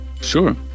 Sure